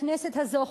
הכנסת הזאת,